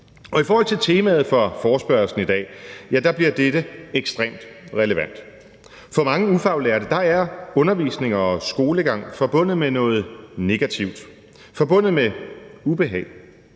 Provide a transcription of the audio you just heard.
I forhold til temaet for forespørgslen i dag bliver dette ekstremt relevant. For mange ufaglærte er undervisning og skolegang forbundet med noget negativt, forbundet med ubehag.